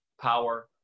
power